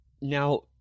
Now